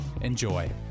enjoy